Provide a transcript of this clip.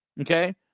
okay